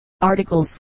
articles